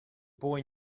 boy